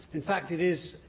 in fact, it is,